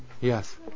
yes